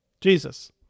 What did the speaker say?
Jesus